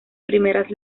primeras